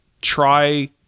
try